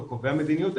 או קובע מדיניות,